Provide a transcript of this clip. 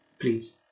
please